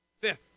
Fifth